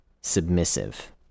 submissive